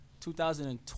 2012